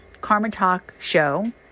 karmatalkshow